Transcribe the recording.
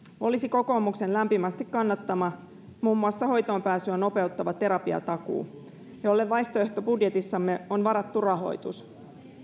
olisi kokoomuksen lämpimästi kannattama muun muassa hoitoonpääsyä nopeuttava terapiatakuu jolle vaihtoehtobudjetissamme on varattu rahoitus